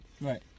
right